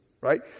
right